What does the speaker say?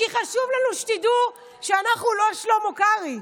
כי חשוב לנו שתדעו שאנחנו לא שלמה קרעי,